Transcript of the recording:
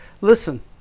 listen